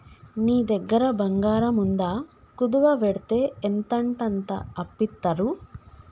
నీ దగ్గర బంగారముందా, కుదువవెడ్తే ఎంతంటంత అప్పిత్తరు